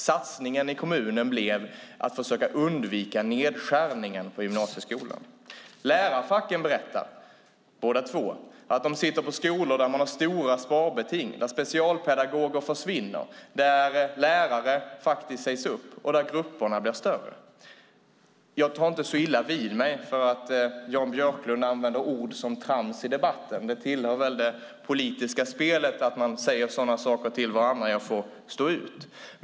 Satsningen i kommunen blev att försöka undvika nedskärningen på gymnasieskolan. Båda lärarfacken berättar att de sitter på skolor där man har stora sparbeting, där specialpedagoger försvinner, där lärare sägs upp och där grupperna blir större. Jag tar inte så illa vid mig av att Jan Björklund använder ord som "trams" i debatten. Det tillhör väl det politiska spelet att man säger sådana saker till varandra. Jag får stå ut.